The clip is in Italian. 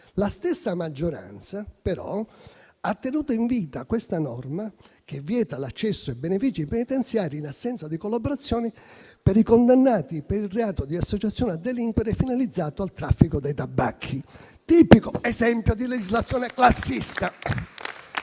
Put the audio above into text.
La stessa maggioranza, però, ha tenuto in vita questa norma, che vieta l'accesso ai benefici penitenziari in assenza di collaborazione, per i condannati per il reato di associazione a delinquere finalizzata al traffico dei tabacchi: tipico esempio di legislazione classista.